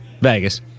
Vegas